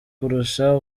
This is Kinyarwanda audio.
kurusha